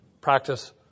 practice